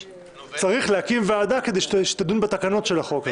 צריך להקים ועדה כדי שתדון בתקנות של החוק הזה.